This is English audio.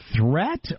threat